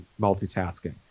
multitasking